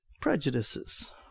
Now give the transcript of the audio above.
prejudices